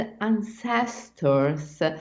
ancestors